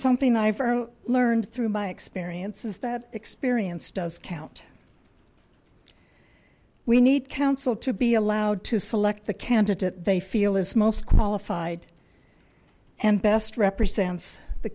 something my firm learned through my experience is that experience does count we need counsel to be allowed to select the candidate they feel is most qualified and best represents the